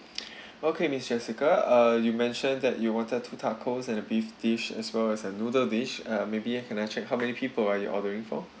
okay miss jessica uh you mentioned that you wanted two tacos and a beef dish as well as a noodle dish uh maybe can I check how many people are you ordering for